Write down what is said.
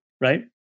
Right